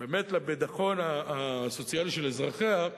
באמת לביטחון הסוציאלי של אזרחיה,